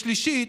"ושלישית,